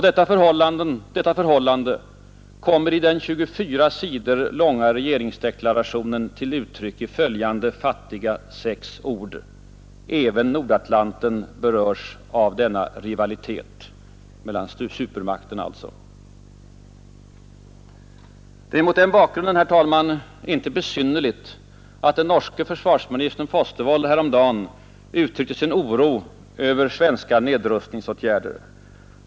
Detta förhållande kommer i den 24 sidor långa regeringsdeklarationen till uttryck i följande fattiga sex ord: ”Även Nordatlanten berörs av denna rivalitet” — mellan supermakterna alltså. Det är mot den bakgrunden, herr talman, inte besynnerligt att den norske försvarsministern Fostervoll häromdagen uttryckte sin oro över svenska nedrustningsåtgärder.